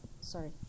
Sorry